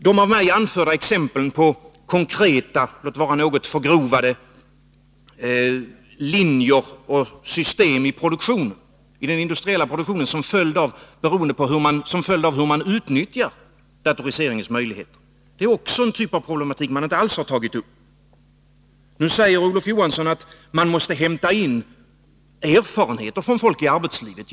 De av mig anförda exemplen på konkreta, låt vara något förgrovade linjer och system i den industriella produktionen som följd av hur man utnyttjar datoriseringens möjligheter är också en typ av problematik som man inte alls har tagit upp. Nu säger Olof Johansson att man måste hämta in erfarenheter från folk i arbetslivet.